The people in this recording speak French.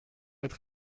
être